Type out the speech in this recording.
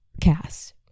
cast